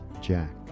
Jack